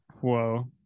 Whoa